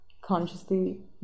consciously